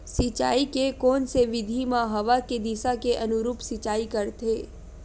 सिंचाई के कोन से विधि म हवा के दिशा के अनुरूप सिंचाई करथे?